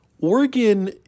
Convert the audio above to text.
Oregon